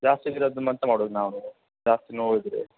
ಜಾಸ್ತಿ ಇದ್ದರೆ ಅದನ್ನು ಎಂತ ಮಾಡುದು ನಾವು ಜಾಸ್ತಿ ನೋವು ಇದ್ದರೆ